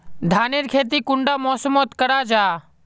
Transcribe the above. धानेर खेती कुंडा मौसम मोत करा जा?